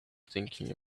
thinking